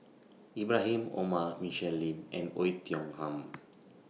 Ibrahim Omar Michelle Lim and Oei Tiong Ham